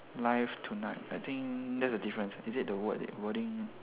live tonight I think that's the difference is it the word~ wording